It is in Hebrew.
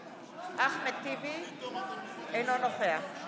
ההצעה עברה, ותועבר לוועדת הבריאות.